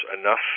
enough